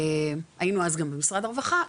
היינו אז גם במשרד הכלכלה,